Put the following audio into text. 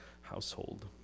household